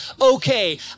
okay